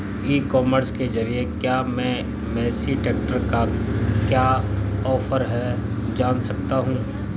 ई commerce के ज़रिए क्या मैं मेसी ट्रैक्टर का क्या ऑफर है जान सकता हूँ?